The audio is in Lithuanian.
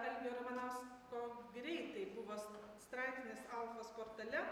algio ramanausko greitai buvo straipsnis alfos portale